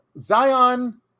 Zion